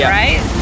right